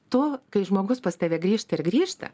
tu kai žmogus pas tave grįžta ir grįžta